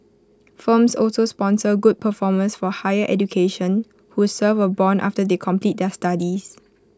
firms also sponsor good performers for higher education who serve A Bond after they complete their studies